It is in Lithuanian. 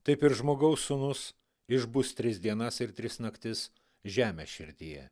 taip ir žmogaus sūnus išbus tris dienas ir tris naktis žemės širdyje